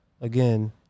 again